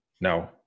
no